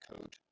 code